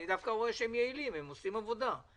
אני דווקא רואה שהם יעילים, הם עושים עבודה.